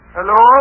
Hello